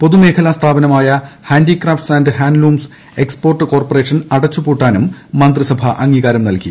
പൊതുമേഖലാ സ്ഥാപനമായ handicrafts and handlooms export corporation അടച്ചുപൂട്ടാനും മന്ത്രിസഭ അംഗീകാരം നൽകി